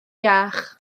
iach